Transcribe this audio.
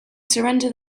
surrender